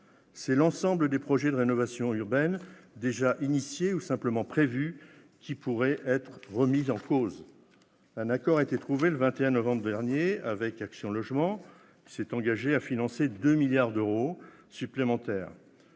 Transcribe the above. C'est l'ensemble des projets de rénovation urbaine déjà engagés ou simplement prévus qui pourraient être remis en cause. Un accord a été trouvé le 21 novembre dernier avec Action Logement, qui financera 2 milliards d'euros supplémentaires.